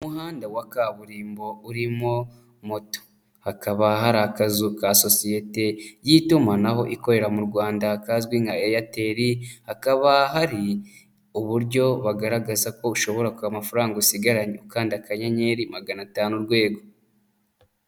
Umuhanda wa kaburimbo urimo moto, hakaba hari akazu ka sosiyete y'itumanaho ikorera mu Rwanda kazwi nka eyateri, hakaba hari uburyo bagaragaza ko ushobora kubona amafaranga usigaranye, ukanda akanyenyeri magana atanu urwego.